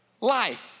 life